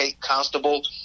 constable